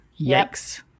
Yikes